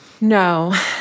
No